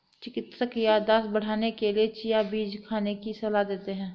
चिकित्सक याददाश्त बढ़ाने के लिए चिया बीज खाने की सलाह देते हैं